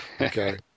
Okay